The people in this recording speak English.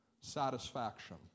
satisfaction